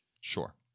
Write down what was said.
Sure